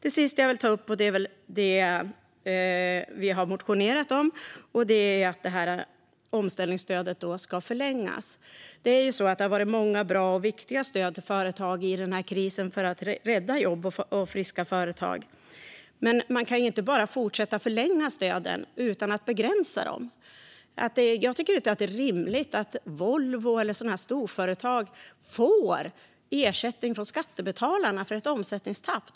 Det sista jag vill ta upp har vi motionerat om. Det gäller att omställningsstödet ska förlängas. Det har varit många bra och viktiga stöd till företag i krisen för att rädda jobb och friska företag. Men man kan inte bara fortsätta att förlänga stöden utan att begränsa dem. Jag tycker inte att det är rimligt att Volvo eller andra sådana storföretag får ersättning från skattebetalarna för ett omsättningstapp.